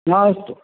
हा अस्तु